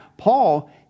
Paul